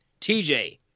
TJ